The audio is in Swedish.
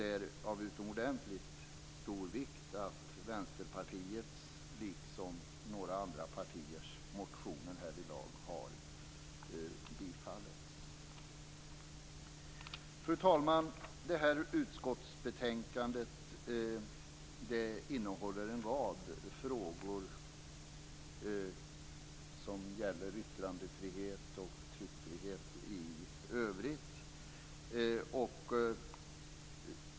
Det är av utomordentligt stor vikt att Vänsterpartiets, liksom några andra partiers motioner härvidlag har tillstyrkts. Fru talman! Detta utskottsbetänkande innehåller en rad frågor som gäller yttrandefrihet och tryckfrihet i övrigt.